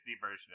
version